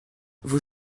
vous